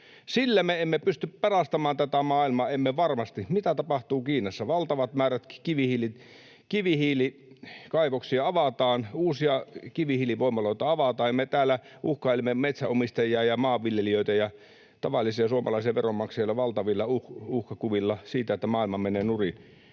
Sillä me emme pysty pelastamaan tätä maailmaa, emme varmasti. Mitä tapahtuu Kiinassa? Valtavat määrät kivihiilikaivoksia avataan ja uusia kivihiilivoimaloita avataan, ja me täällä uhkailemme metsänomistajia ja maanviljelijöitä ja tavallisia suomalaisia veronmaksajia valtavilla uhkakuvilla siitä, että maailma menee nurin.